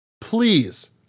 Please